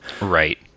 Right